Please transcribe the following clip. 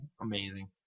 amazing